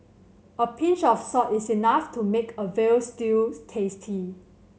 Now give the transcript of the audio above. a pinch of salt is enough to make a veal stew tasty